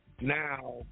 now